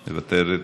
מוותרת,